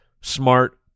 smart